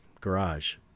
garage